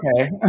okay